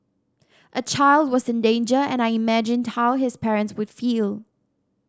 a child was in danger and I imagined how his parents would feel